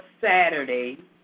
Saturday